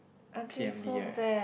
P_M-Lee right